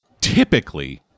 typically